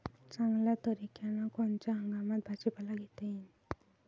चांगल्या तरीक्यानं कोनच्या हंगामात भाजीपाला घेता येईन?